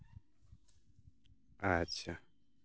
ᱟᱪᱪᱷᱟ